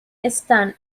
están